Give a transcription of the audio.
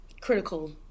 critical